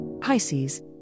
Pisces